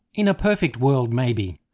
in a perfect world maybe.